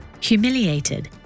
Humiliated